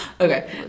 Okay